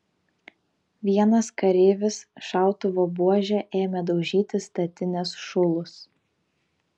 vienas kareivis šautuvo buože ėmė daužyti statinės šulus